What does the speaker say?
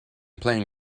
playing